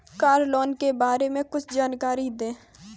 Car loan के बारे में कुछ जानकारी दें?